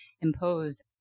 impose